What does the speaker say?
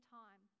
time